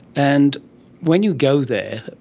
and when you go there,